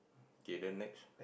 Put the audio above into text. okay then next